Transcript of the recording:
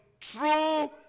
true